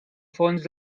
fons